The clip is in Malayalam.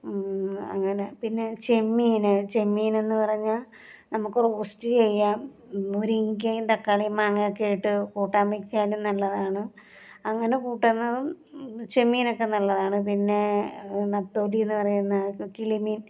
അങ്ങനെ പിന്നെ ചെമ്മീൻ ചെമ്മീൻ എന്നു പറഞ്ഞാൽ നമുക്ക് റോസ്റ്റ് ചെയ്യാം മുരിങ്ങക്കയും തക്കാളിയും മാങ്ങയും ഒക്കെ ഇട്ട് കൂട്ടാൻ വെയ്ക്കാനും നല്ലതാണ് അങ്ങനെ കൂട്ടുന്നതും ചെമ്മീൻ ഒക്കെ നല്ലതാണ് പിന്നെ നെത്തോലി എന്ന് പറയുന്ന കിളിമീൻ